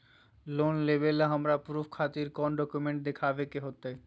Loan लेबे ला हमरा प्रूफ खातिर कौन डॉक्यूमेंट देखबे के होतई?